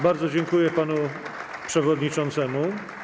Bardzo dziękuję panu przewodniczącemu.